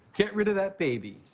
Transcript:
get rid of that baby.